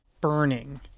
burning